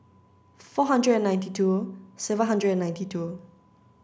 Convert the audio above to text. four hundred ninety two seven hundred ninety two